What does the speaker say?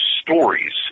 stories